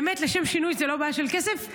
באמת לשם שינוי זאת לא בעיה של כסף,